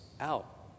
out